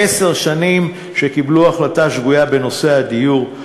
עשר שנים שקיבלו החלטה שגויה בנושא הדיור.